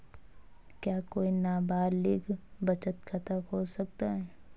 क्या कोई नाबालिग बचत खाता खोल सकता है?